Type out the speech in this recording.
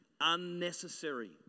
Unnecessary